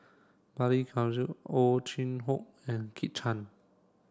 Balli Kaur Ow Chin Hock and Kit Chan